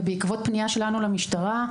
ובעקבות פנייה שלנו למשטרה,